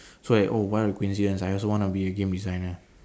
so I oh what a coincident I also want to be a game designer